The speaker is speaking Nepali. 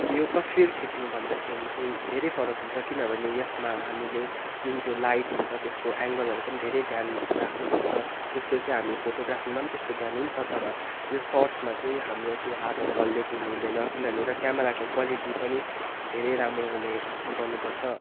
त्यो तस्विर खिच्नु भन्दाखेरि चाहिँ धेरै फरक हुन्छ किनभने यसमा हामीले जुन त्यो लाइट हुन्छ त्यसको एङ्गलहरूको पनि धेरै ध्यान राख्नु पर्छ जस्तो चाहिँ हामी फोटोग्राफीमा पनि त्यस्तो ध्यान हुन्छ तर यो सट्समा चाहिँ हाम्रो त्यो हातहरू हलिएको हुनु हुँदैन किनभने क्यामेराको क्वालिटी पनि धेरै राम्रो हुने गर्नु पर्छ